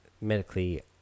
Medically